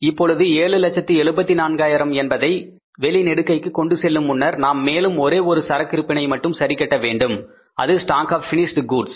இப்பொழுது 774000 என்பதை வெளிநெடுகைக்கு கொண்டு செல்லும் முன்னர் நாம் மேலும் ஒரே ஒரு சரக்கு இருப்பினை மட்டும் சரிகட்ட வேண்டும் அது ஷ்டாக் ஆப் பினிஸ்ட் கூட்ஸ்